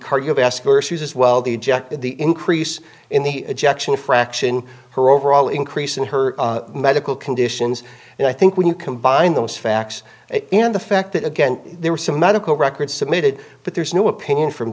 cardiovascular issues as well the just the increase in the ejection fraction her overall increase in her medical conditions and i think when you combine those facts and the fact that again there were some medical records submitted but there's no opinion from